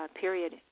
period